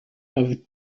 have